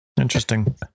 interesting